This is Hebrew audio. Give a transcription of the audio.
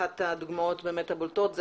אחת הדוגמאות הבולטות,